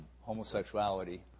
homosexuality